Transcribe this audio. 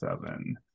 seven